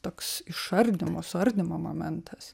toks išardymo suardymo momentas